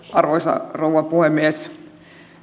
arvoisa rouva puhemies